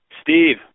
Steve